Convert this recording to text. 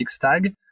tag